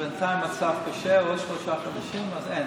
שבינתיים המצב קשה, עוד שלושה חודשים, אז אין.